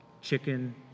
chicken